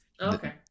okay